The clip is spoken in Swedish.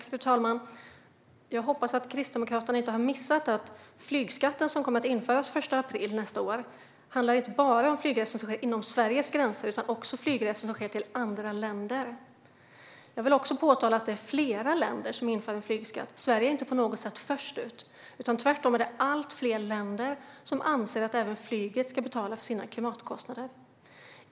Fru talman! Jag hoppas att Kristdemokraterna inte har missat att flygskatten, som kommer att införas den 1 april nästa år, inte bara handlar om flygresor som sker inom Sveriges gränser utan också om flygresor som sker till andra länder. Jag vill också påpeka att flera länder inför flygskatt. Sverige är inte på något sätt först ut. Tvärtom är det allt fler länder som anser att även flyget ska betala sina klimatkostnader.